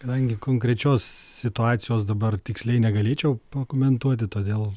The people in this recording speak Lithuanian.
kadangi konkrečios situacijos dabar tiksliai negalėčiau pakomentuoti todėl